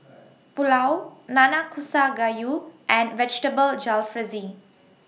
Pulao Nanakusa Gayu and Vegetable Jalfrezi